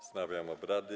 Wznawiam obrady.